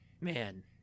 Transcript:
Man